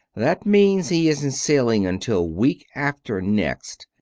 that means he isn't sailing until week after next.